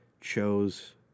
chose